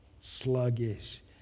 sluggish